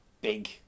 big